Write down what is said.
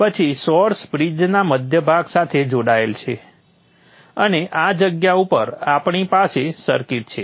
પછી સોર્સ બ્રિજના મધ્ય ભાગ સાથે જોડાયેલ છે અને આ જગ્યા ઉપર આપણી પાસે સર્કિટ છે